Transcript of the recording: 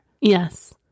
Yes